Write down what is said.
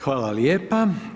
Hvala lijepa.